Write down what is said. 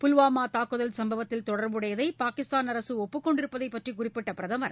புல்வாமா தூக்குதல் சம்பவத்தில் தொடர்புடையதை பாகிஸ்தான் அரசு ஒப்புக் கொண்டிருப்பது பற்றி குறிப்பிட்ட பிரதமர்